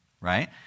Right